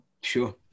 Sure